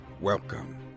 Welcome